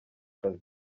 kazi